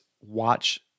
watch